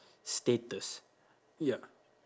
status ya